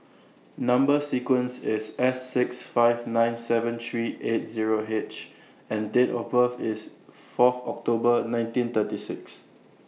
Number sequence IS S six five nine seven three eight Zero H and Date of birth IS Fourth October nineteen thirty six